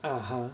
(uh huh)